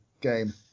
game